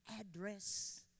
address